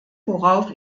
worauf